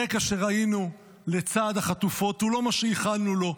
הרקע שראינו לצד החטופות הוא לא מה שייחלנו לו.